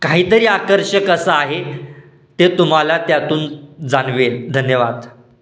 काहीतरी आकर्षक असं आहे ते तुम्हाला त्यातून जाणवेल धन्यवाद